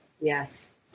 Yes